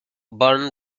burn